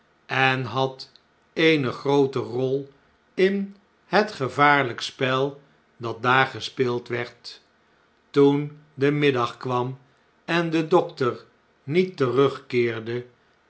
en had eene groote rol in het gevaarlijk spel dat daar gespeeld werd toen de middag kwam en de dokter niet terugkeerde